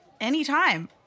Anytime